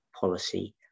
policy